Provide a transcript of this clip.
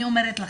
אני אומרת לך,